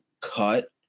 cut